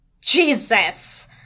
Jesus